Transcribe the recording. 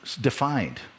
defined